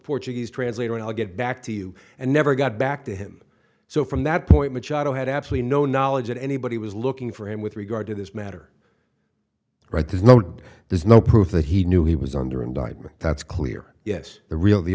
portuguese translator and i'll get back to you and never got back to him so from that point machado had absolutely no knowledge that anybody was looking for him with regard to this matter right there's no there's no proof that he knew he was under indictment that's clear yes the real the